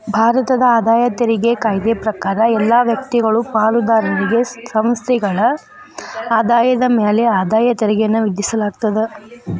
ಭಾರತದ ಆದಾಯ ತೆರಿಗೆ ಕಾಯ್ದೆ ಪ್ರಕಾರ ಎಲ್ಲಾ ವ್ಯಕ್ತಿಗಳು ಪಾಲುದಾರಿಕೆ ಸಂಸ್ಥೆಗಳ ಆದಾಯದ ಮ್ಯಾಲೆ ಆದಾಯ ತೆರಿಗೆಯನ್ನ ವಿಧಿಸಲಾಗ್ತದ